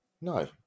No